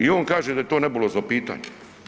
I on kaže da je to nebulozno pitanje.